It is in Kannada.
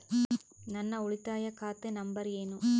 ನನ್ನ ಉಳಿತಾಯ ಖಾತೆ ನಂಬರ್ ಏನು?